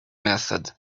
method